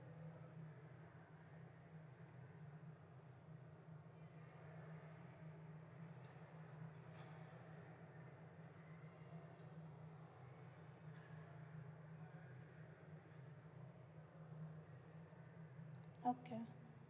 okay